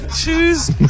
Choose